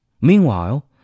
Meanwhile